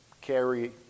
carry